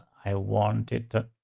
i want it. oh,